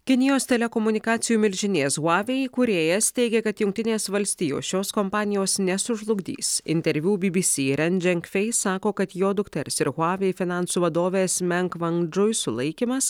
kinijos telekomunikacijų milžinės huavei įkūrėjas teigia kad jungtinės valstijos šios kompanijos nesužlugdys interviu bibisi ren dženkfeis sako kad jo dukters ir huavei finansų vadovės meng vendžui sulaikymas